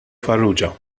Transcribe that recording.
farrugia